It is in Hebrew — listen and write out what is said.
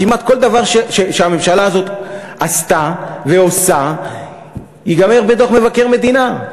כמעט כל דבר שהממשלה הזאת עשתה ועושה ייגמר בדוח מבקר מדינה.